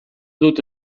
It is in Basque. dut